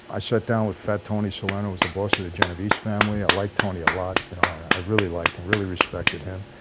i sat down with fat tony salerno was the boss of the genovese family i like tony a lot. you know. i really like to really respected him.